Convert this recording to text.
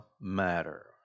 matter